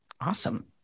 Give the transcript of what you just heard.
Awesome